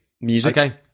Music